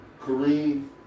Kareem